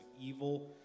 evil